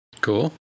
Cool